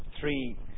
three